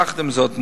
יחד עם זאת,